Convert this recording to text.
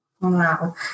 wow